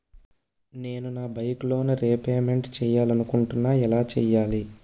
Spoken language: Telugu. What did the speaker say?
నేను నా బైక్ లోన్ రేపమెంట్ చేయాలనుకుంటున్నా ఎలా చేయాలి?